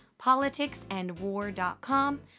politicsandwar.com